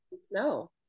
snow